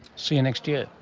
see you next year.